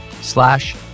slash